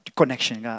connection